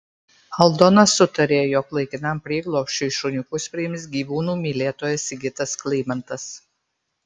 aldona sutarė jog laikinam prieglobsčiui šuniukus priims gyvūnų mylėtojas sigitas klymantas